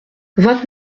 vingt